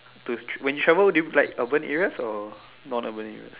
to when you travel you like urban areas or non urban areas